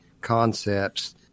concepts